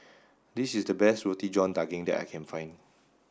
this is the best Roti John Daging that I can find